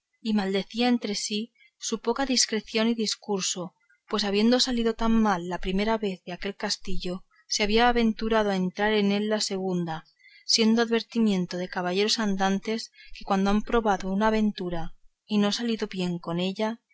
y maldecía entre sí su poca discreción y discurso pues habiendo salido tan mal la vez primera de aquel castillo se había aventurado a entrar en él la segunda siendo advertimiento de caballeros andantes que cuando han probado una aventura y no salido bien con ella